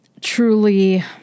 truly